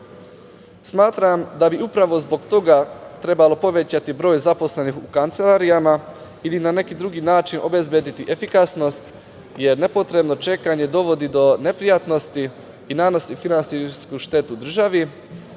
obradu. Smatram da bi upravo zbog toga trebalo povećati broj zaposlenih u kancelarijama ili na neki drugi način obezbediti efikasnost, jer nepotrebno čekanje dovodi do neprijatnosti i nanosi finansijsku štetu državi,